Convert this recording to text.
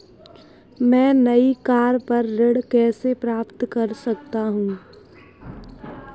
मैं नई कार पर ऋण कैसे प्राप्त कर सकता हूँ?